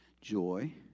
joy